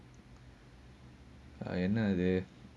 என்ன அது:enna athu